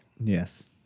Yes